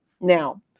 Now